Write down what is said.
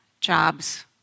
jobs